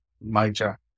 major